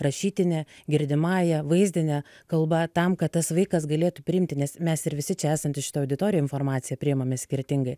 rašytine girdimąja vaizdine kalba tam kad tas vaikas galėtų priimti nes mes ir visi čia esantys šitoj auditorijoj informaciją priimame skirtingai